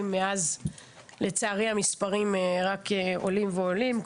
ולצערי מאז המספרים רק עולים ועולים.